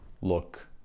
look